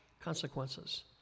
consequences